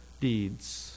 deeds